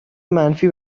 منفی